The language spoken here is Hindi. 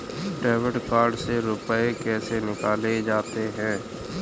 डेबिट कार्ड से रुपये कैसे निकाले जाते हैं?